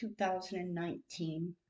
2019